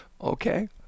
Okay